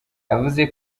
yavuze